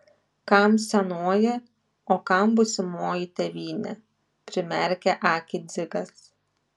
kam senoji o kam būsimoji tėvynė primerkė akį dzigas